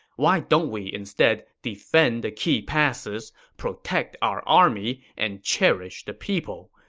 why don't we instead defend the key passes, protect our army, and cherish the people?